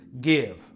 give